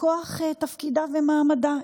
מכוח תפקידה ומעמדה.